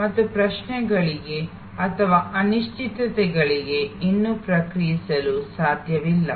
ಮತ್ತು ಪ್ರಶ್ನೆಗಳಿಗೆ ಅಥವಾ ಅನಿಶ್ಚಿತತೆಗಳಿಗೆ ಇನ್ನೂ ಪ್ರತಿಕ್ರಿಯಿಸಲು ಸಾಧ್ಯವಿಲ್ಲ